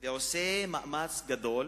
ועושה מאמץ גדול